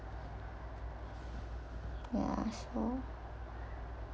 ya so